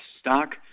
stock